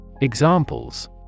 Examples